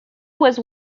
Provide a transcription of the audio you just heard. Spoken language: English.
was